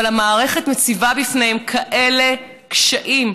אבל המערכת מציבה בפניהם כאלה קשיים,